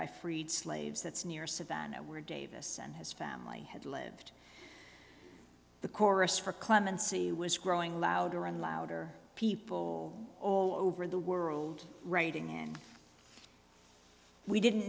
by freed slaves that's near savannah where davis and his family had lived the chorus for clemency was growing louder and louder people all over the world writing and we didn't